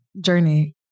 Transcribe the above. journey